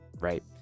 right